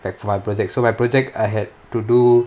for my project so my project I had to do